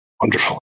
Wonderful